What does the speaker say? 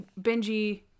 Benji